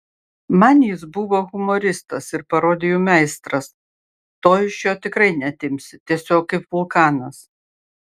man jis buvo humoristas ir parodijų meistras to iš jo tikrai neatimsi tiesiog kaip vulkanas